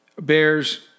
Bears